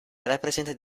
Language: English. represent